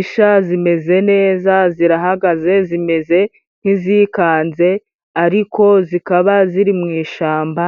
Isha zimeze neza zirahagaze zimeze nk'izikanze, ariko zikaba ziri mu ishyamba,